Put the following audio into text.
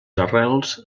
arrels